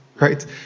right